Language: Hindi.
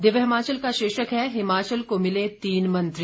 दिव्य हिमाचल का शीर्षक है हिमाचल को मिले तीन मंत्री